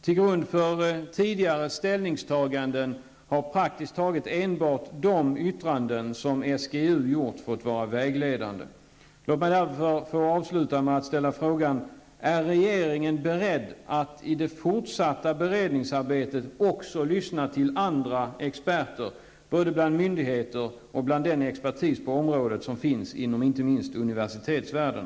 Till grund för tidigare ställningstagande har praktiskt taget enbart de yttranden som SGU gjort fått vara vägledande. Låt mig därför få avsluta med att ställa frågan: Är regeringen beredd att i det fortsatta beredningsarbetet också lyssna till andra experter, både bland myndigheter och bland den expertis på området som finns inom inte minst universitetsvärlden?